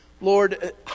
Lord